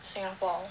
singapore